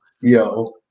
Yo